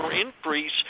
increase